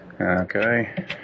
Okay